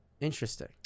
Interesting